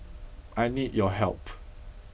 I need your help